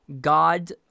God